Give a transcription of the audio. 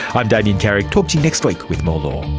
i'm damien carrick, talk to you next week with more